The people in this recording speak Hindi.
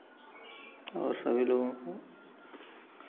और सभी लोगों को